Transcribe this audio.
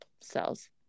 cells